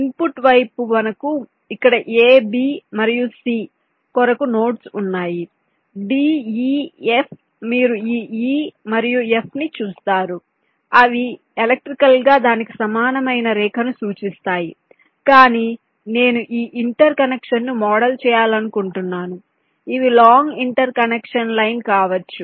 input వైపు మనకు ఇక్కడ AB మరియు C కొరకు నోడ్స్ ఉన్నాయి DE F మీరు ఈ E మరియు F ని చూస్తారు అవి ఎలక్ట్రికల్గా దానికి సమానమైన రేఖను సూచిస్తాయి కాని నేను ఈ ఇంటర్ కనెక్షన్ను మోడల్ చేయాలనుకుంటున్నాను ఇవి లాంగ్ ఇంటర్ కనెక్షన్ లైన్ కావచ్చు